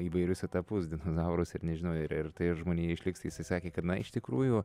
įvairius etapus dinozaurus ir nežinau ir ir tai ar žmonija išliks tai jisai sakė kad na iš tikrųjų